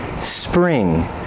spring